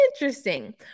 Interesting